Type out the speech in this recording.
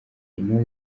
intore